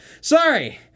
sorry